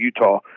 Utah